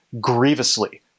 grievously